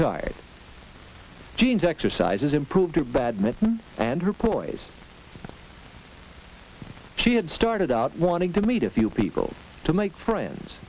tired jeanne's exercises improved badminton and her poise she had started out wanting to meet a few people to make friends